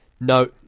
No